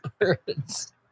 birds